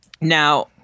Now